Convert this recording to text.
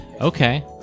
okay